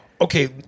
Okay